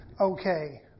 okay